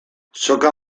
soka